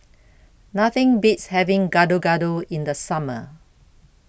Nothing Beats having Gado Gado in The Summer